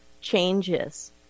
changes